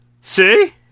See